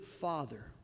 father